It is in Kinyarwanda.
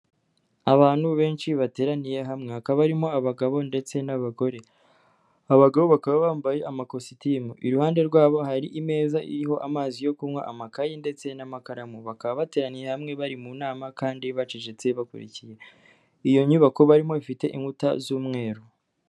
Abantu benshi bateraniye hamwe, hakaba barimo abagabo ndetse n'abagore. Abagabo bakaba bambaye amakositimu. Iruhande rwabo hari imeza iriho amazi yo kunkwa, amakayi ndetse n'amakaramu. Bakaba bateraniye hamwe bari mu nama kandi bacecetse bakurikiye. Iyo nyubako barimo ifite inkuta z'umweru.